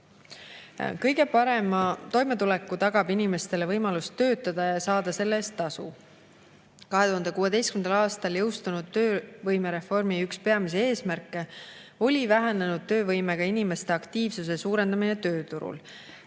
Kõige parema toimetuleku tagab inimestele võimalus töötada ja saada selle eest tasu. 2016. aastal jõustunud töövõimereformi üks peamisi eesmärke oli vähenenud töövõimega inimeste aktiivsuse suurendamine tööturul.